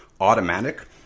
automatic